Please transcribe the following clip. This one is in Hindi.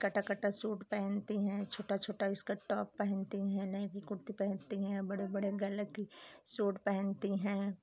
कटा कटा सूट पहनती हैं छोटा छोटा इसका टॉप पहनती हैं महंगी कुर्ती पहनती हैं बड़े बड़े गले की सूट पहनती हैं